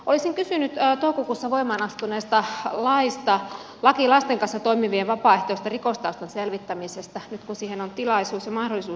olisin kysynyt toukokuussa voimaan astuneesta laista laki lasten kanssa toimivien vapaaehtoisten rikostaustan selvittämisestä nyt kun siihen on tilaisuus ja mahdollisuus